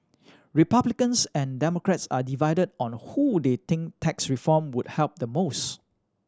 Republicans and Democrats are divided on who they think tax reform would help the most